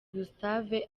gustave